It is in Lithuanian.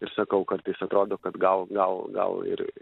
ir sakau kartais atrodo kad gal gal gal ir